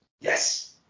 Yes